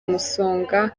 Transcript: umusonga